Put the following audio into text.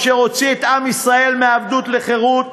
אשר הוציא את עם ישראל מעבדות לחירות,